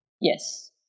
Yes